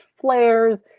flares